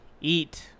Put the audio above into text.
eat